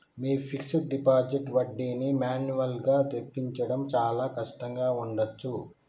మీ fixed deposit వడ్డీని మాన్యువల్గా లెక్కించడం చాలా కష్టంగా ఉండచ్చు